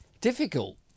difficult